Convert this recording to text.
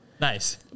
Nice